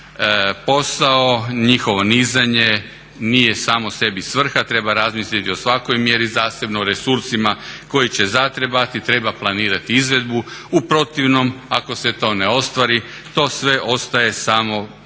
posao, njihovo nizanje nije samo sebi svrha, treba razmisliti o svakoj mjeri zasebno, resursima koji će zatrebati, treba planirati izvedbu, u protivnom ako se to ne ostvari to sve ostaje samo na